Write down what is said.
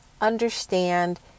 understand